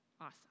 awesome